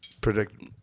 Predict